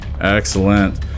Excellent